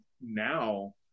now